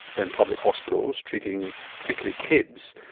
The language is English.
in public hospitals, treating particularly kids.